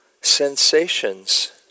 sensations